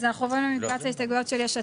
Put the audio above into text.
אז אנחנו עוברים למקבץ ההסתייגויות של "יש עתיד".